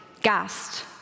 gassed